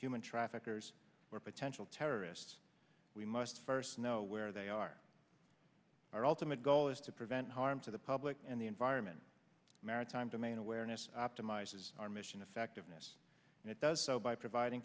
human traffickers or potential terrorists we must first know where they are our ultimate goal is to prevent harm to the public and the environment maritime domain awareness optimizes our mission effectiveness and it does so by providing